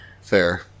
Fair